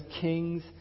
kings